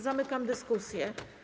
Zamykam dyskusję.